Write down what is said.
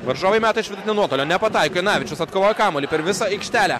varžovai meta iš vidutinio nuotolio nepataikė janavičius atkovojo kamuolį per visą aikštelę